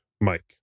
Mike